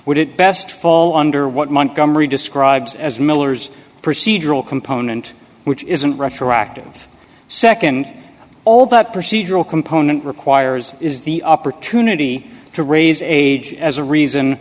would it best fall under what montgomery describes as miller's procedural component which isn't retroactive nd all that procedural component requires is the opportunity to raise age as a reason